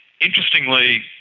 interestingly